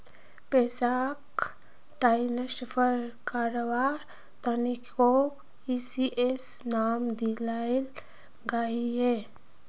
पैसाक ट्रान्सफर कारवार तकनीकोक ई.सी.एस नाम दियाल गहिये